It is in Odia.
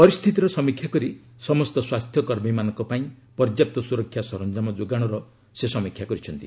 ପରିସ୍ଥିତିର ସମୀକ୍ଷା କରି ସମସ୍ତ ସ୍ୱାସ୍ଥ୍ୟ କର୍ମୀମାନଙ୍କ ପାଇଁ ପର୍ଯ୍ୟାପ୍ତ ସ୍ୱରକ୍ଷା ସରଞ୍ଜାମ ଯୋଗାଣର ସେ ସମୀକ୍ଷା କରିଛନ୍ତି